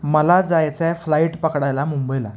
मला जायचं आहे फ्लाईट पकडायला मुंबईला